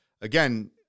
again